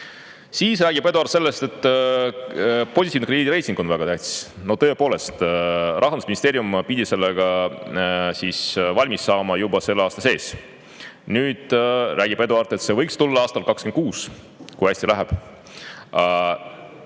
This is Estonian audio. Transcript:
Siis rääkis Eduard sellest, et positiivne krediidiregister on väga tähtis. Tõepoolest, Rahandusministeerium pidi selle valmis saama juba selle aasta sees. Nüüd rääkis Eduard, et see võiks tulla aastal 2026, kui hästi läheb.